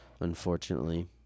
unfortunately